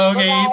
Okay